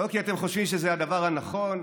לא כי אתם חושבים שזה הדבר הנכון,